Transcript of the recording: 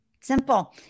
Simple